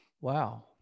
Wow